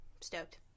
Stoked